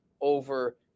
over